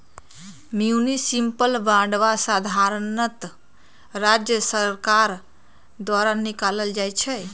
municipal बांडवा साधारणतः राज्य सर्कार द्वारा निकाल्ल जाहई